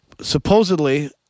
Supposedly